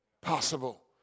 possible